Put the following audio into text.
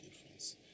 difference